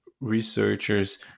researchers